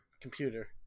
computer